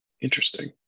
Interesting